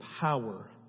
power